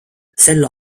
sel